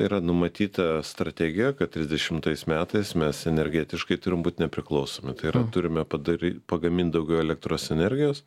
yra numatyta strategija kad trisdešimtais metais mes energetiškai turim būt nepriklausomi tai yra turime padary pagamint daugiau elektros energijos